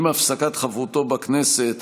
עם הפסקת חברותו בכנסת